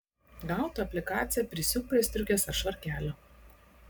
gautą aplikaciją prisiūk prie striukės ar švarkelio